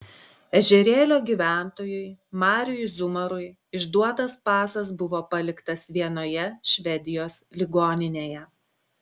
ežerėlio gyventojui mariui zumarui išduotas pasas buvo paliktas vienoje švedijos ligoninėje